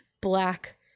black